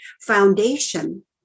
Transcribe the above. foundation